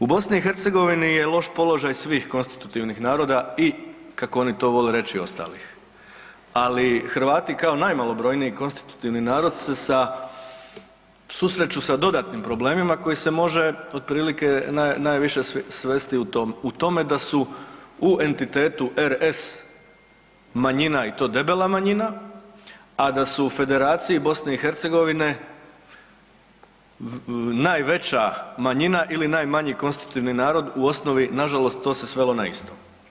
U BiH je loš položaj svih konstitutivnih naroda i kao oni to vole reći i ostalih, ali Hrvati kao najmalobrojniji konstitutivni narod se susreću sa dodatnim problemima koji se može otprilike najviše svesti u tome da su u entitetu RS manjina i to debela manjina, a da su u Federaciji BiH najveća manjina ili najmanji konstitutivni narod u osnovi nažalost to se svelo na isto.